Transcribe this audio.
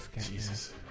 Jesus